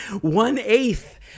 one-eighth